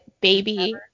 Baby